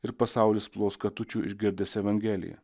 ir pasaulis plos katučių išgirdęs evangeliją